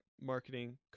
marketing